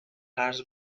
قرض